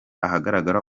ahagaragara